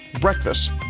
Breakfast